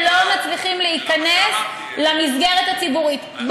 לא מצליחים להיכנס למסגרת הציבורית.